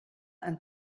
and